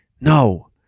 no